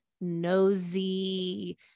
nosy